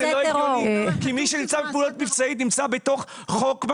זה לא הגיוני כי מי שנפצע בפעילות מבצעית נמצא בתוך חוק.